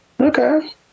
Okay